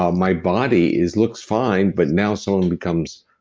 um my body, it looks fine, but now someone becomes.